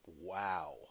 Wow